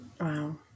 Wow